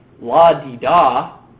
la-di-da